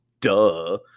Duh